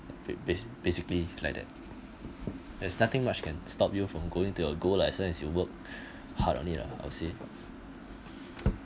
bas~ basically like that there's nothing much can stop you from going to your goal lah as long as you work hard on it ah I would say